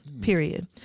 period